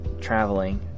traveling